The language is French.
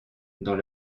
dans